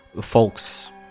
Folks